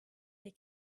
they